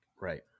Right